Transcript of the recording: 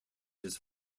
his